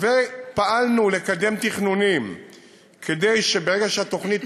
פעלנו לקדם תכנונים כדי שברגע שהתוכנית